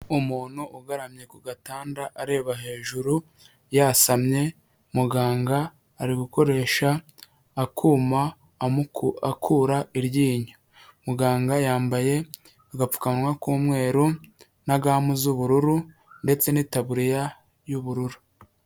Umuntu ugaramye ku gatanda areba hejuru yasamye, muganga ari gukoresha akuma akura iryinyo, muganga yambaye agapfukamunwa k'umweru na gamu z'ubururu, ndetse n'itaburiya y'ubururu.